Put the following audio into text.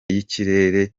y’ikirere